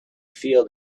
feel